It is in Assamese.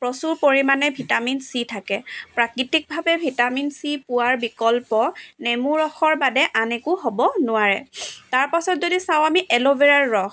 প্ৰচুৰ পৰিমাণে ভিটামিন চি থাকে প্ৰাকৃতিকভাৱে ভিটামিন চি পোৱাৰ বিকল্প নেমু ৰসৰ বাদে আন একো হ'ব নোৱাৰে তাৰপাছত যদি চাওঁ আমি এল'ভেৰাৰ ৰস